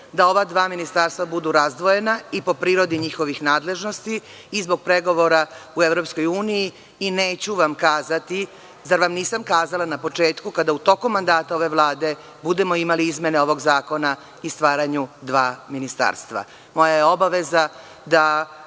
da ova dva ministarstva budu razdvojena i po prirodi njihovih nadležnosti i zbog pregovora u EU i neću vam kazati – zar vam nisam kazala na početku, kada u toku mandata ove Vlade budemo imali izmene ovog zakona i stvaranje dva ministarstva. Moja je obaveza da